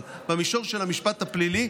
אבל במישור של המשפט הפלילי,